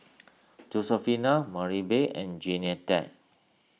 Josefina Maribel and Jeannette